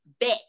Bitch